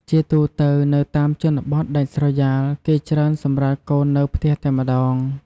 ជាទូទៅ នៅតាមជនបទដាច់ស្រយាល គេច្រើនសម្រាលកូននៅផ្ទះតែម្ដង។